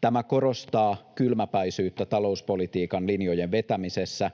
Tämä korostaa kylmäpäisyyttä talouspolitiikan linjojen vetämisessä,